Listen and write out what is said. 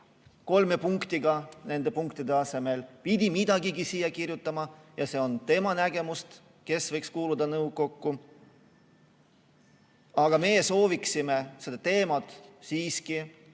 kolme punktiga nende punktide asemel, pidi midagigi sinna kirjutama ja see on tema nägemus, kes võiks kuuluda nõukokku. Aga meie sooviksime seda teemat siiski